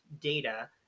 data